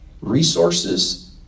resources